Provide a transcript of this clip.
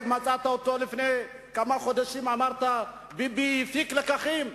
לפני כמה חודשים אמרת: ביבי הפיק לקחים,